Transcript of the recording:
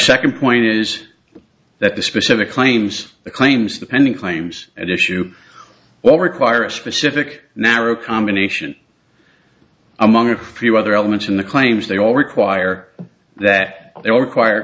second point is that the specific claims the claims the pending claims at issue one require a specific narrow combination among a few other elements in the claims they all require that they all require